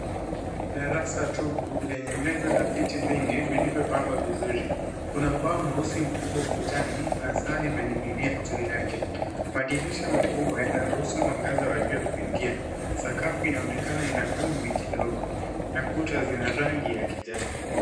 Darasa tupu lenye meza na viti vingi vilivyopangwa vizuri. Kuna ubao mweusi mkubwa ukutani, na saa imening'inia juu yake. Madirisha makubwa yanaruhusu mwangaza wa jua kuingia. Sakafu inaonekana ina vumbi kidogo, na kuta zina rangi ya kijani.